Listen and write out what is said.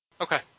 Okay